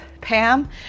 Pam